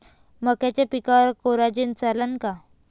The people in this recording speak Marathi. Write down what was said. मक्याच्या पिकावर कोराजेन चालन का?